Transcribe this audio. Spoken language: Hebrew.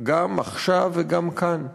גם עכשיו וגם כאן.